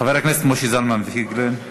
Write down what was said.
חבר הכנסת משה זלמן פייגלין,